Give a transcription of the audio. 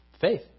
Faith